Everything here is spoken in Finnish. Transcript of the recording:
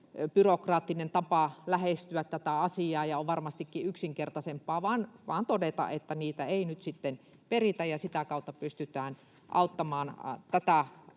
byrokraattinen tapa lähestyä tätä asiaa, ja on varmastikin yksinkertaisempaa vain todeta, että niitä ei nyt sitten peritä, ja sitä kautta pystytään auttamaan tätä